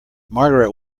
margaret